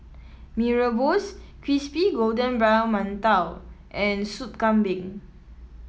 Mee Rebus Crispy Golden Brown Mantou and Soup Kambing